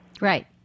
Right